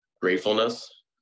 gratefulness